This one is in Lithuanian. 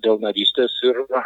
dėl narystės ir